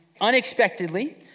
unexpectedly